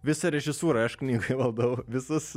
visą režisūrą aš knygoje valdau visus